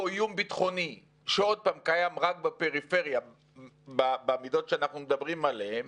איום ביטחוני שעוד פעם קיים רק בפריפריה במידות שאנחנו מדברים עליהם.